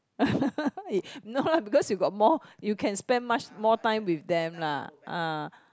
no lah because you got more you can spend much more time with them lah ah